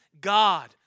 God